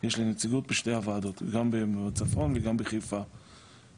בדיוק בשביל להבין את הצרכים של השטח ולקבל את